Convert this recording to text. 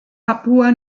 papua